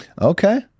Okay